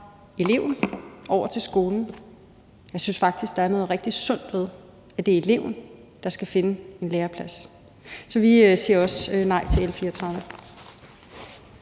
eleven over til skolen. Jeg synes faktisk, at der er noget rigtig sundt ved, at det er eleven, der skal finde en læreplads. Så vi siger også nej til L 34.